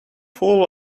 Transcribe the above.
full